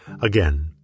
Again